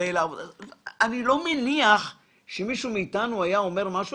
אני לא מניח שמישהו מאיתנו היה אומר משהו,